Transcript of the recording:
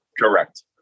Correct